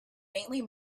faintly